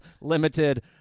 Limited